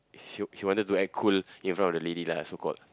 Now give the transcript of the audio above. he he wanted to act cool in front of the lady lah so called